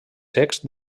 secs